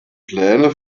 pläne